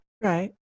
Right